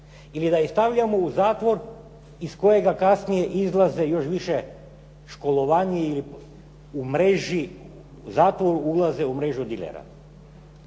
ili da ih stavljamo u zatvor iz kojega kasnije izlaze još više školovaniji, u mreži, u zatvoru ulaze u mrežu dilera.